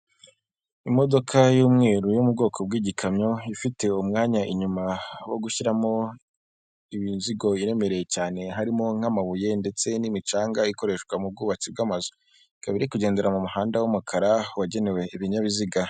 Imodoka y'umweru yo mu bwoko bw'igikamyo, ifite umwanya inyuma wo gushyiramo imizigo iremereye cyane, harimo nk'amabuye ndetse n'imicanga ikoreshwa mu bwubatsi bw'amazuba, ikaba iri kugendera mu muhanda w'umukara wagenewe ibinyabiziga.